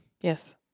Yes